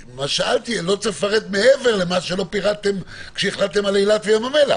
שאלתי אם לא צריך לפרט מעבר למה שלא פירטתם כשהחלטתם על אילת וים המלח.